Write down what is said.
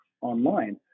online